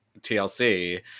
TLC